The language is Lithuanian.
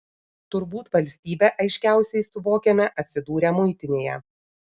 turbūt valstybę aiškiausiai suvokiame atsidūrę muitinėje